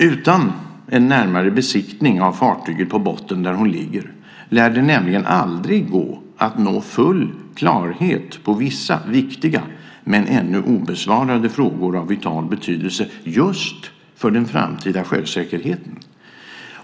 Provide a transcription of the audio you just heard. Utan en närmare besiktning av fartyget på botten där hon ligger lär det nämligen aldrig gå att nå full klarhet på vissa viktiga men ännu obesvarade frågor av vital betydelse just för den framtida sjösäkerheten.